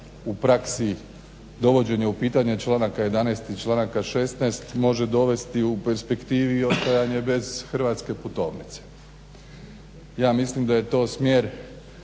u praksi dovođenje u pitanje članaka 11. i članaka 16. može dovesti u perspektivi ostajanje bez hrvatske putovnice. Ja mislim da je to smjer